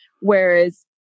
Whereas